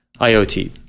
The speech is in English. IoT